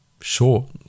sure